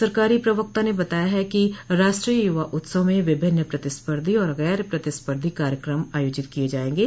सरकारी प्रवक्ता ने बताया है कि राष्ट्रीय युवा उत्सव में विभिन्न प्रतिस्पर्धी और गैर प्रतिस्पर्धी कार्यकम आयोजित किए जायेंगे